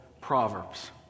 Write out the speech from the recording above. proverbs